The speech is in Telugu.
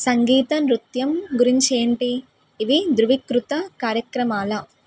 సంగీతం నృత్యం గురించి ఏంటి ఇవి ధృవికృత కార్యక్రమాలా